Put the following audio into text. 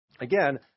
again